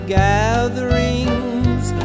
gatherings